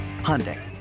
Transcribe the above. Hyundai